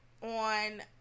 on